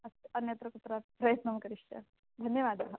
अस्तु अन्यत्र कुत्र प्रयत्नं करिष्यामि धन्यवादः